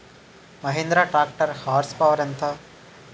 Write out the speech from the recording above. Mahindra tractor horse power ఎంత?